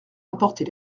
apporter